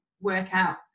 workout